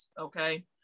okay